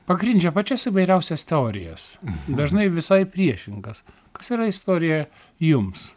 pagrindžia pačias įvairiausias teorijas dažnai visai priešingas kas yra istorija jums